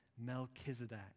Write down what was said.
Melchizedek